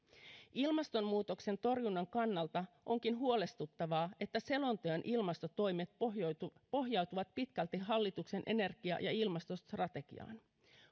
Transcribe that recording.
ilmastonmuutoksen torjunnan kannalta onkin huolestuttavaa että selonteon ilmastotoimet pohjautuvat pohjautuvat pitkälti hallituksen energia ja ilmastostrategiaan